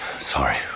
Sorry